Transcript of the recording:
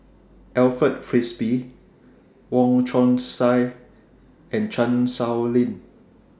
Alfred Frisby Wong Chong Sai and Chan Sow Lin